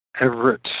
Everett